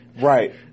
Right